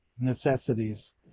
necessities